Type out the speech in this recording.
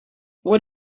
what